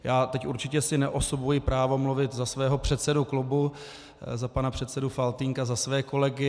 Teď si určitě neosobuji právo mluvit za svého předsedu klubu, za pana předsedu Faltýnka, za své kolegy.